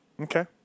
Okay